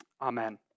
Amen